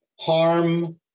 harm